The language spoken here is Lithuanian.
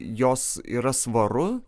jos yra svaru